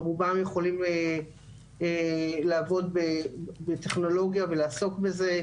ורובם יכולים לעבוד בטכנולוגיה ולעסוק בזה,